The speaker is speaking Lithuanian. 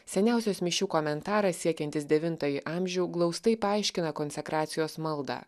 seniausios mišių komentaras siekiantis devintąjį amžių glaustai paaiškina konsekracijos maldą